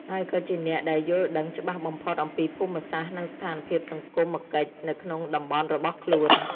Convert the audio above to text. ហើយក៏ជាអ្នកដែលយល់ដឹងច្បាស់បំផុតអំពីភូមិសាស្ត្រ និងស្ថានភាពសង្គមកិច្ចនៅក្នុងតំបន់របស់ខ្លួន។